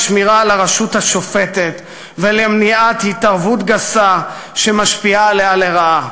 לשמירה על הרשות השופטת ולמניעת התערבות גסה שמשפיעה עליה לרעה.